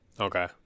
Okay